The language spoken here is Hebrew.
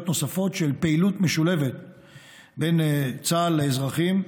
נוספות של פעילות משולבת בין צה"ל לאזרחים.